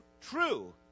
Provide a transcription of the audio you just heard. true